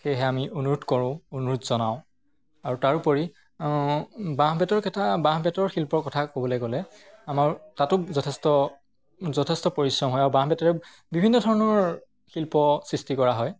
সেয়েহে আমি অনুৰোধ কৰোঁ অনুৰোধ জনাওঁ আৰু তাৰোপৰি বাঁহ বেতৰ কথা বাঁহ বেতৰ শিল্পৰ কথা ক'বলৈ গ'লে আমাৰ তাতো যথেষ্ট যথেষ্ট পৰিশ্ৰম হয় আৰু বাঁহ বেতেৰে বিভিন্ন ধৰণৰ শিল্প সৃষ্টি কৰা হয়